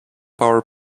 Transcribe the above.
power